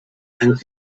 and